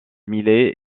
milet